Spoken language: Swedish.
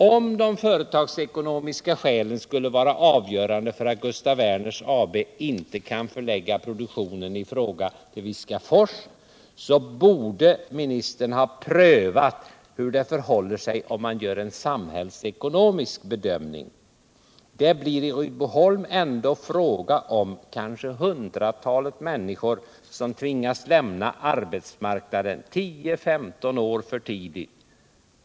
Om de företagsekonomiska skälen skulle vara avgörande för att Gustaf Werner AB inte kan förlägga produktionen i fråga till Viskafors, borde ministern ha prövat hur det förhåller sig om man gör en samhällsekonomisk bedömning. Det blir i Rydboholm ändå fråga om kanske ett hundratal människor som tvingas lämna arbetsmarknaden 10-15 år för tidigt.